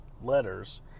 letters